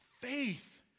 faith